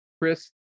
Chris